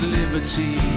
liberty